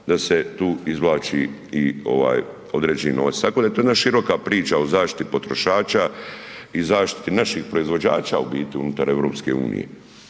da se tu izvlači i određeni novac. Tako da je to jedna široka priča o zaštiti potrošača i zaštiti naših proizvođača u biti unutar EU, jel